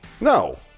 No